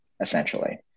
essentially